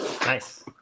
Nice